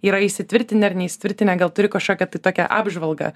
yra įsitvirtinę ar neįsitvirtinę gal turi kažkokią tai tokią apžvalgą